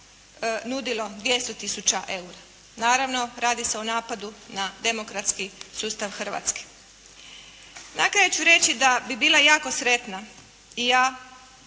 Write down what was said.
nudilo 200 tisuća eura. Naravno, radi se o napadu na demokratski sustav Hrvatske. Na kraju ću reći da bi bila jako sretna i ja